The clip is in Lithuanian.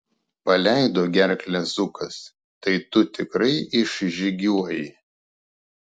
paleido gerklę zukas tai tu tikrai išžygiuoji